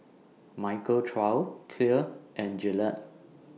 Michael Trio Clear and Gillette